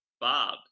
Bob